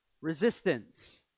Resistance